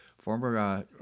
former